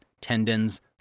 tendons